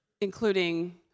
including